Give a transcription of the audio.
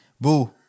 Boo